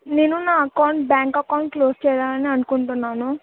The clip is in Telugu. నేను నా అకౌంట్ బ్యాంక్ అకౌంట్ క్లోజ్ చేయాలని అనుకుంటున్నాను